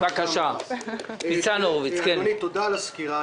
אדוני, תודה על הסקירה.